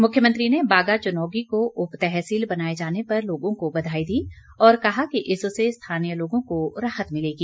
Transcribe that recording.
मुख्यमंत्री ने बाग चनोगी को उपतहसील बनाए जाने पर लोगों को बधाई दी और कहा कि इससे स्थानीय लोगों को राहत मिलेगी